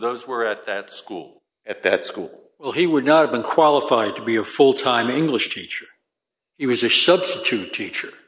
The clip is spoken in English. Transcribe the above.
those were at that school at that school or he would not been qualified to be a full time english teacher he was a substitute teacher